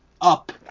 up